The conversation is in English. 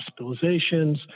hospitalizations